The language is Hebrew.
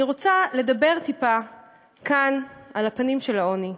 אני רוצה לדבר טיפה כאן על הפנים של העוני.